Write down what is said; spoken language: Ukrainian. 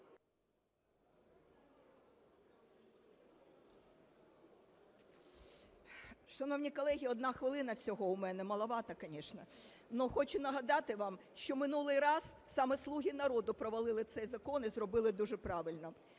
Шановні колеги, одна хвилина всього у мене. Малувато, конечно. Хочу нагадати вам, що минулий раз саме "Слуга народу" провалили цей закон і зробили дуже правильно.